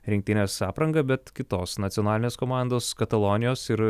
rinktinės aprangą bet kitos nacionalinės komandos katalonijos ir